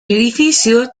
edificio